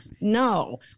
No